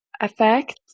effect